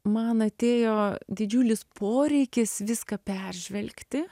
man atėjo didžiulis poreikis viską peržvelgti